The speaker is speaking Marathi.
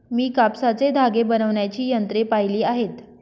मी कापसाचे धागे बनवण्याची यंत्रे पाहिली आहेत